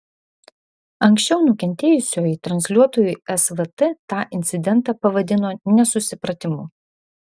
anksčiau nukentėjusioji transliuotojui svt tą incidentą pavadino nesusipratimu